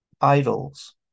idols